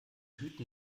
hüten